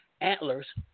Antlers